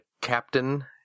Captain